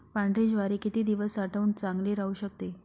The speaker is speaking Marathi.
पांढरी ज्वारी किती दिवस साठवून चांगली राहू शकते?